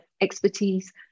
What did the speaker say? expertise